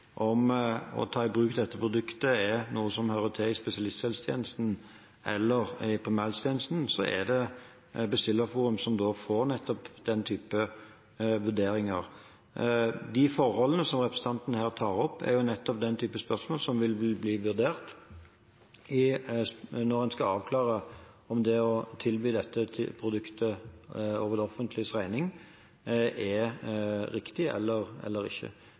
om å ta i bruk dette produktet er noe som hører til i spesialisthelsetjenesten eller i primærhelsetjenesten, er det Bestillerforum som får nettopp den typen vurderinger. De forholdene som representanten her tar opp, er nettopp den typen spørsmål som vil bli vurdert når en skal avklare om det å tilby dette produktet over det offentliges regning er riktig eller ikke.